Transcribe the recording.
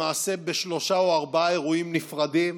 למעשה בשלושה או ארבעה אירועים נפרדים,